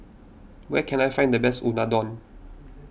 where can I find the best Unadon